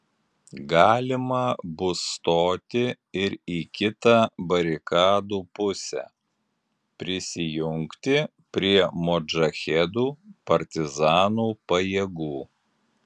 galima bus stoti ir į kitą barikadų pusę prisijungti prie modžahedų partizanų pajėgų